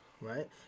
Right